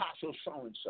so-and-so